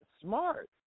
smart